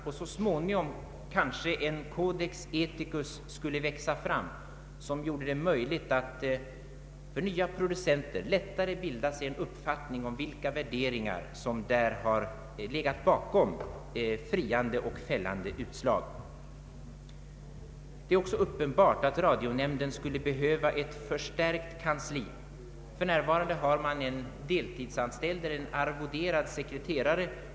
Med tiden skulle kanske en codex ethicus växa fram som gjorde det möjligt för nya producenter att lättare bilda sig en uppfattning om vilka värderingar som i nämnden legat bakom friande och fällande utslag. Det är också uppenbart att radionämnden skulle behöva ett förstärkt kansli. För närvarande har man en deltidsanställd arvoderad sekreterare.